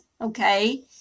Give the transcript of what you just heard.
okay